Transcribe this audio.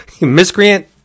Miscreant